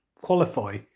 qualify